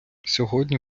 сьогодні